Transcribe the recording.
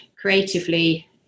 creatively